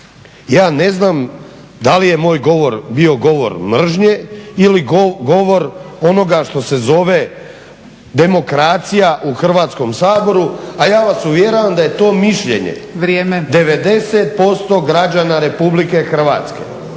Ja ne znam da li je moj govor bio govor mržnje ili govor onoga što se zove demokracija u Hrvatskom saboru, a ja vas uvjeravam da je to mišljenje 90% građana Republika Hrvatske…